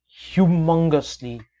humongously